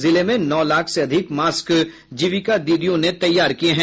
जिले में नौ लाख से अधिक मास्क जीविका दीदीयों ने तैयार किये हैं